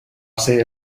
ser